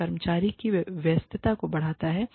यह कर्मचारी की व्यस्तता को बढ़ाता है